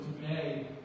today